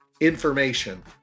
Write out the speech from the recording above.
information